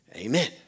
Amen